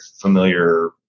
familiar